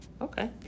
Okay